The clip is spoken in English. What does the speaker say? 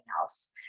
else